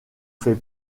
fait